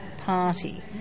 party